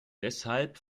deshalb